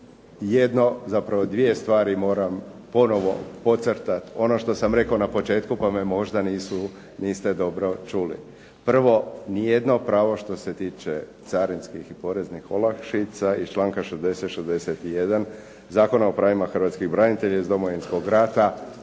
jedno, zapravo dvije stvari moram ponovo podcrtati. Ono što sam rekao na početku pa me možda niste dobro čuli. Prvo, ni jedno pravo što se tiče carinskih i poreznih olakšica iz članka 60., 61. Zakona o pravima hrvatskih branitelja iz Domovinskog rata